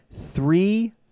three